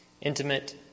intimate